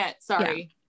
Sorry